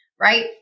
right